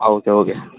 हां okay okay